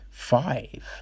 Five